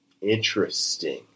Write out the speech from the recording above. Interesting